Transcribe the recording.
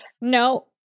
no